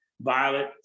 Violet